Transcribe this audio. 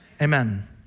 Amen